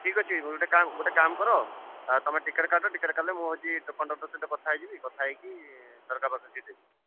ଠିକ୍ ଅଛି ଗୋଟେ କାମ୍ ଗୋଟେ କାମ୍ କର ତମେ ଟିକେଟ୍ କାଟ ଟିକେଟ୍ କାଟିଲେ ମୁଁ ହଉଚି ଯୋଉ କଣ୍ଡକ୍ଟର୍ ସହିତ କଥା ହେଇଯିବି କଥା ହେଇକି ଝରକା ପାଖ ସିଟ୍ ଦେବି